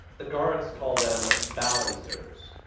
the guards call them balancers,